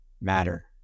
matter